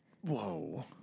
Whoa